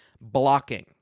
blocking